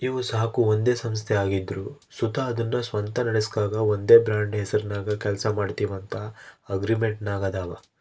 ಇವು ನಾಕು ಒಂದೇ ಸಂಸ್ಥೆ ಆಗಿದ್ರು ಸುತ ಅದುನ್ನ ಸ್ವಂತ ನಡಿಸ್ಗಾಂತ ಒಂದೇ ಬ್ರಾಂಡ್ ಹೆಸರ್ನಾಗ ಕೆಲ್ಸ ಮಾಡ್ತೀವಂತ ಅಗ್ರಿಮೆಂಟಿನಾಗಾದವ